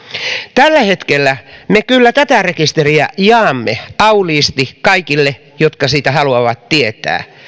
tällä hetkellä me kyllä tätä rekisteriä jaamme auliisti kaikille jotka siitä haluavat tietää